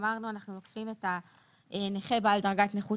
אמרנו שאנחנו לוקחים את הנכה בעל דרגת נכות